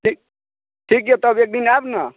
ठीक छै तब एक दिन आयब ने